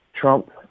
Trump